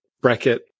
bracket